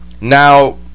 now